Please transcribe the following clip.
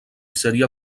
seria